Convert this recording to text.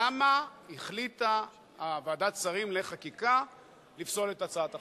למה החליטה ועדת השרים לחקיקה לפסול את הצעת החוק.